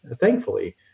thankfully